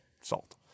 salt